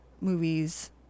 Movies